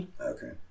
Okay